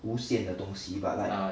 无线的东西 but like